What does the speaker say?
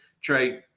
Trey –